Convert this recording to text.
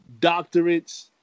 doctorates